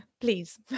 please